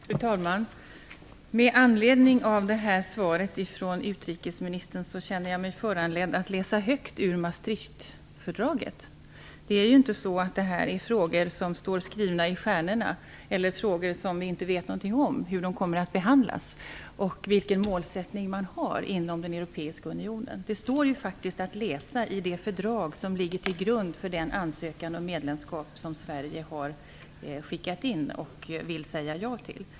Fru talman! Med anledning av svaret från utrikesministern känner jag mig föranledd att läsa högt ur Maastrichtfördraget. Det här är inte frågor som står skrivna i stjärnorna eller frågor där vi inte vet hur de kommer att behandlas samt vilken målsättning man har inom den europeiska unionen. Det står faktiskt att läsa i det fördrag som ligger till grund för den ansökan om medlemskap som Sverige har skickat in och vill säga ja till.